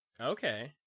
okay